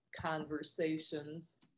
conversations